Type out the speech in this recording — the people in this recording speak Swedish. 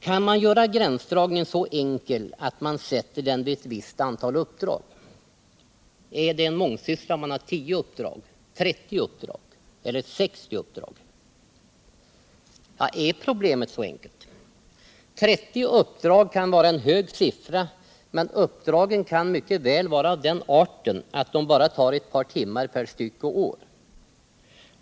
Kan man göra gränsdragningen så enkel, att man sätter gränsen vid ett visst antal uppdrag? Är man en mångsysslare om man har 10, 30 eller 60 uppdrag? Är problemet så enkelt? 30 uppdrag kan anses vara en hög siffra, men uppdragen kan mycket väl vara av den arten att de bara tar ett par timmar per styck och år.